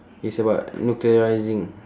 it's about nuclear rising